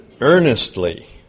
Earnestly